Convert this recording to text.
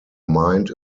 mind